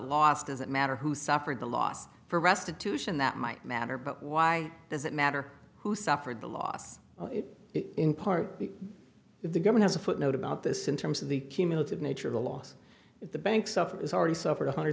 loss does it matter who suffered the loss for restitution that might matter but why does it matter who suffered the loss in part if the governor has a footnote about this in terms of the cumulative nature of the loss the banks suffer has already suffered one hundred